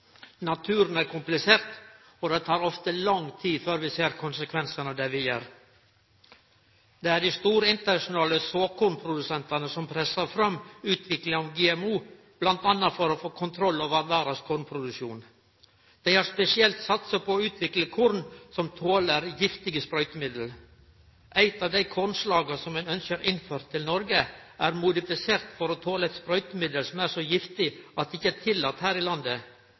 Naturen er komplisert, og det tek ofte lang tid før vi ser konsekvensane av det vi gjer. Det er dei store internasjonale såkornprodusentane som pressar fram utviklinga av GMO, bl.a. for å få kontroll over verdas kornproduksjon. Dei har spesielt satsa på å utvikle korn som toler giftige sprøytemiddel. Eit av dei kornslaga som ein ønskjer innført til Noreg, er modifisert for å tole eit sprøytemiddel som er så giftig at det ikkje er tillate her i landet.